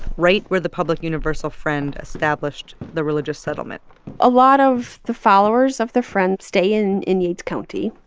right where the public universal friend established the religious settlement a lot of the followers of the friend stay in in yates county.